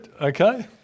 okay